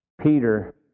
Peter